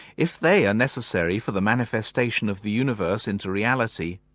if they are necessary for the manifestation of the universe into reality,